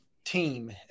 Team